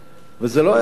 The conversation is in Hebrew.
וזה לא היה קל.